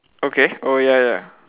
okay oh ya ya